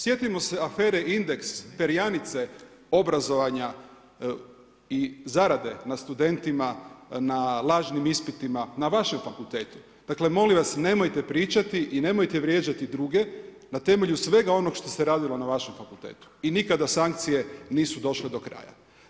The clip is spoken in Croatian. Sjetimo se afere Index, perjanice obrazovanja i zarade na studentima na lažnim ispitima na vašem fakultetu, dakle, molim vas nemojte pričati i nemojte vrijeđati druge na temelju svega ono što se radilo na vašem fakultetu i nikada sankcije nisu došle do kraja.